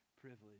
privilege